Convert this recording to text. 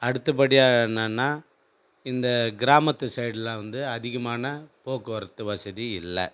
அடுத்தபடியாக என்னன்னா இந்த கிராமத்து சைடெலாம் வந்து அதிகமான போக்குவரத்து வசதி இல்லை